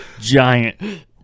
giant